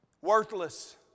Worthless